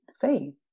faith